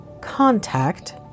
contact